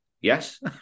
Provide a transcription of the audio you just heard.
Yes